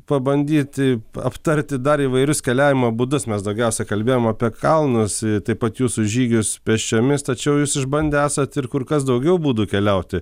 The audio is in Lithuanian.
pabandyti aptarti dar įvairius keliavimo būdus mes daugiausiai kalbėjom apie kalnus taip pat jūsų žygius pėsčiomis tačiau jūs išbandę esat ir kur kas daugiau būdų keliauti